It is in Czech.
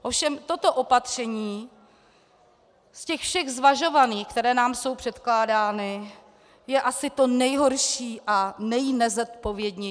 Ovšem toto opatření z těch všech zvažovaných, která nám jsou předkládána, je asi to nejhorší a nejnezodpovědnější.